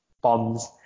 bombs